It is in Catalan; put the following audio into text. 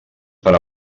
per